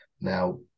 Now